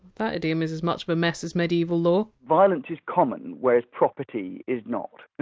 that idiom is as much of a mess as medieval law. violence is common, whereas property is not.